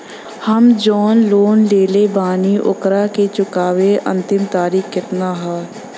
हम जवन लोन लेले बानी ओकरा के चुकावे अंतिम तारीख कितना हैं?